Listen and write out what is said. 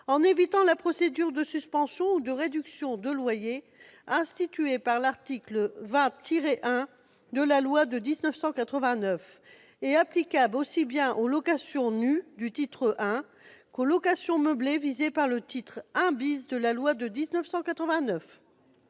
en évitant la procédure de suspension ou de réduction du loyer, instituée par l'article 20-1 de la loi de 1989, et applicable aussi bien aux locations nues du titre I, qu'aux locations meublées visées par le titre I de la loi de 1989.